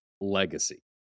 legacy